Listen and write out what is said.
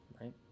Right